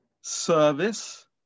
service